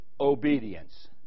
obedience